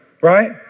right